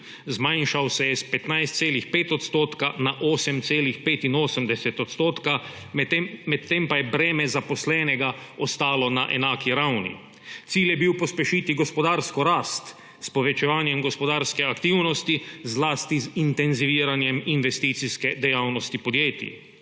Zmanjšal se je s 15,5 % na 8,85 %, medtem pa je breme zaposlenega ostalo na enaki ravni. Cilj je bil pospešiti gospodarsko rast s povečevanjem gospodarske aktivnosti, zlasti z intenziviranjem investicijske dejavnosti podjetij.